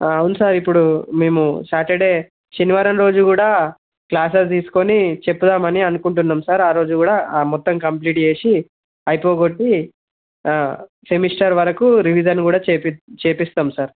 అవును సార్ ఇప్పుడు మేము సాటర్డే శనివారం రోజు కూడా క్లాసెస్ తీసుకొని చెప్పుదామని అనుకుంటున్నాము సార్ ఆ రోజు కూడా ఆ మొత్తం కంప్లీట్ చేసి అయిపోగొట్టి సెమిస్టర్ వరకు రివిజన్ కూడా చేపి చేపిస్తాము సార్